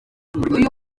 uyu